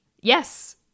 Yes